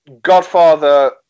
Godfather